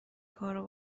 کارو